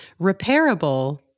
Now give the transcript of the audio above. Repairable